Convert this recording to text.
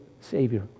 Savior